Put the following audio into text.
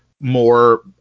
more